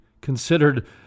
considered